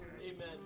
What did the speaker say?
Amen